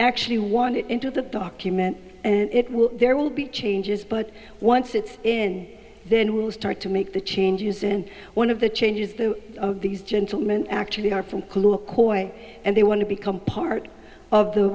actually want it into the document and it will there will be changes but once it's in then we'll start to make the changes and one of the changes the of these gentlemen actually are from clue a coin and they want to become part of the